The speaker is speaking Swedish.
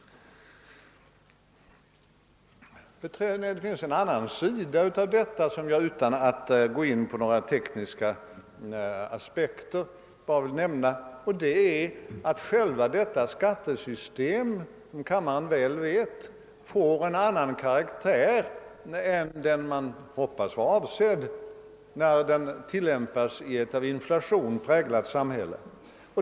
Sedan finns det en annan sida av denna sak som jag, utan att gå in på några tekniska aspekter bara vill nämna. Det är att själva detta skattesystem, som kammaren vet, får en annan karaktär än den man vill hoppas var avsedd, när det tillämpas i ett av inflation präglat samhälle.